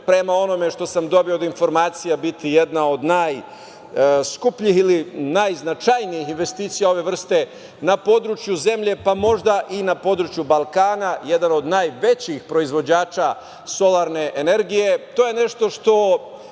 prema onome što sam dobio od informacija, biti jedna od najskupljih ili najznačajnijih investicija ove vrste na području zemlje, možda i na području Balkana, jedan od najvećih proizvođača solarne energije. To